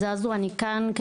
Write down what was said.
אני כאן,